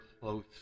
close